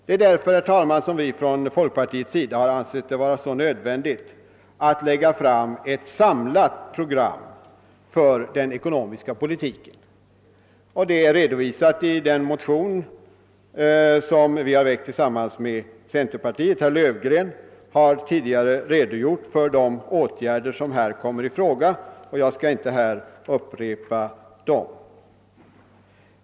Det är därför, herr talman, som vi från folkpartiet har ansett det vara så nödvändigt att lägga fram ett samlat program för den ekonomiska politiken. Detta program är redovisat i det motionspar som vi har väckt tillsammans med centerpartiet. Herr Löfgren har tidigare redogjort för de åtgärder som kommer i fråga, och jag skall inte upprepa dem.